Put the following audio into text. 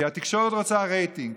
התקשורת רוצה רייטינג.